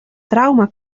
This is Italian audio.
trauma